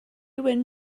wyn